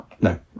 no